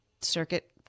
Circuit